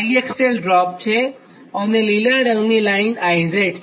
આ IXL drop છે અને લીલા રંગની લાઈન IZ છે અને આ VS છે